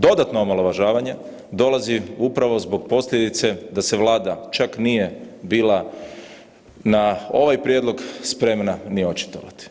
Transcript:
Dodatno omalovažavanje dolazi upravo zbog posljedice da se Vlada čak nije bila na ovaj prijedlog spremna ni očitovati.